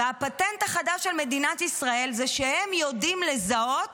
והפטנט החדש של מדינת ישראל זה שהם יודעים לזהות